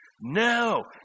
No